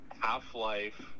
half-life